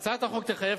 הצעת החוק תחייב,